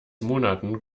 monaten